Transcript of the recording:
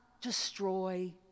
destroy